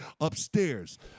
upstairs